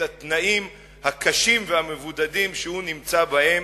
התנאים הקשים והמבודדים שהוא נמצא בהם.